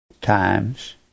times